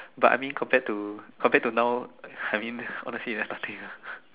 but I mean compared to compared to now I mean honestly that's nothing ah